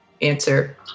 answer